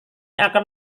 akan